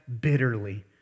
bitterly